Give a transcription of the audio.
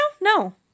No